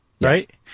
right